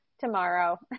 tomorrow